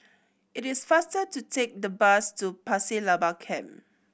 it is faster to take the bus to Pasir Laba Camp